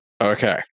Okay